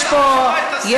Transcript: יש פה מזכירות,